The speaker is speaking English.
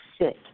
sit